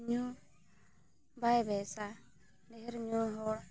ᱧᱩ ᱵᱟᱭ ᱵᱮᱥᱟ ᱰᱷᱮᱨ ᱧᱩ ᱦᱚᱲ